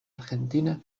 argentina